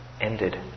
ended